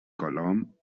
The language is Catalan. colom